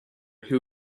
who